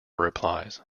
replies